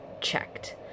checked